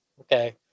Okay